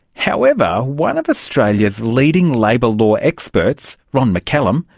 however, one of australia's leading labour law experts, ron mccallum,